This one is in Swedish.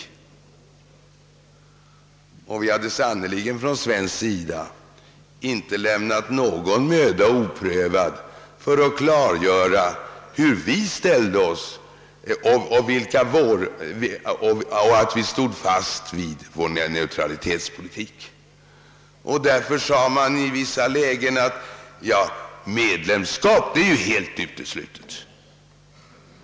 Vi hade från svensk sida sannerligen inte lämnat någon möda oprövad för att klargöra hur vi ställde oss och att vi stod fast i vår neutralitetspolitik. Därför sade man i vissa lägen: Ja, medlemskap är ju helt uteslutet.